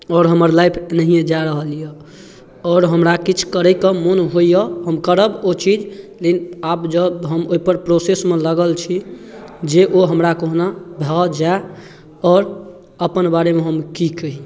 आओर हमर लाइफ एनाहिए जा रहल यए आओर हमरा किछु करैके मोन होइए हम करब ओ चीज लेकिन आब जब हम ओहिपर प्रोसेसमे लागल छी जे ओ हमरा कहुना भऽ जाय आओर अपन बारेमे हम की कही